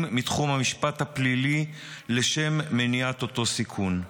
מתחום המשפט הפלילי לשם מניעת אותו סיכון.